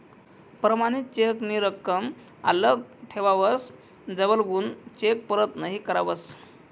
प्रमाणित चेक नी रकम आल्लक ठेवावस जवलगून चेक परत नहीं करावस